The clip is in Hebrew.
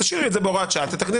תשאירי את זה בהוראת שעה,